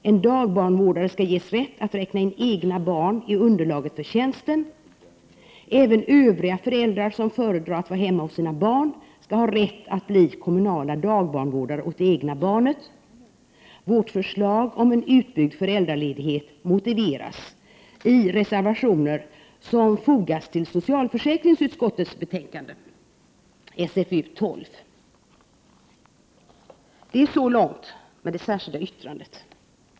En dagbarnvårdare skall ges rätt att räkna in egna barn i underlaget för tjänsten. Även övriga föräldrar som föredrar att vara hemma hos sina barn skall ha rätt att bli kommunala dagbarnvårdare åt det egna barnet. Vårt förslag om en utbyggd föräldraledighet motiveras i reservationer som fogas till socialförsäkringsutskottets betänkande 12. Så långt det särskilda yttrandet.